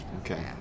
okay